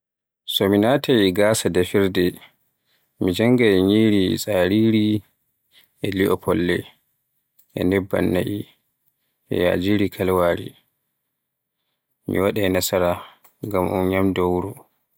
So mi naatay yasa defirde, mi jengaay ñyiri tsariri e li'o folle, e nebban na'i e yajiri kalwaari. Ki waɗaay nasara ngam un ñyamunda wuro.